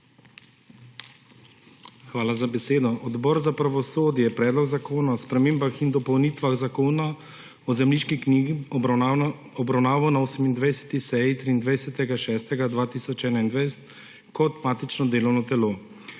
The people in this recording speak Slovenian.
Hvala za besedo. Odbor za pravosodje je Predlog zakona o spremembah in dopolnitvah Zakona o zemljiški knjigi obravnaval na 28. seji 23. 6. 2021 kot matično delovno telo.